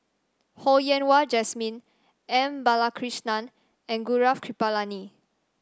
Ho Yen Wah Jesmine M Balakrishnan and Gaurav Kripalani